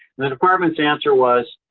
and the department's answer was,